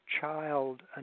child